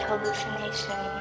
hallucination